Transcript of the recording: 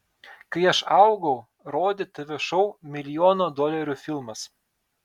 kai aš augau rodė tv šou milijono dolerių filmas